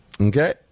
Okay